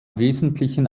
wesentlichen